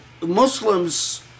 Muslims